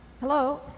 Hello